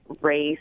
race